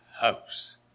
house